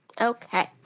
Okay